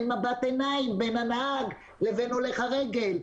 אין מבט עיניים בין הנהג לבין הולך הרגל.